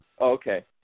okay